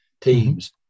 teams